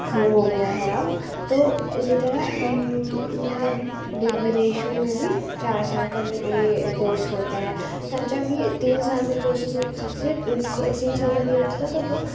ہو گیا ہے اب تو اسی طرح مطلب ودیشوں میں بھی چار سال کا یہ کورس ہوتا ہے اور جب یہ تین سال کا کورسز ہوتے تھے ہوتا تھا تو